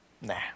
Nah